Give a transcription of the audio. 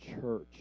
church